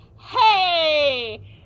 hey